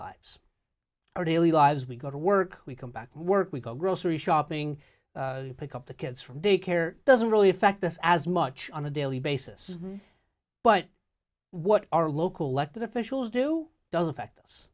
lives our daily lives we go to work we come back and work we go grocery shopping pick up the kids from daycare doesn't really affect us as much on a daily basis but what our local elected officials do does affect us